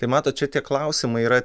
tai matot šitie klausimai yra